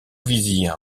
vizir